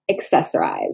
accessorize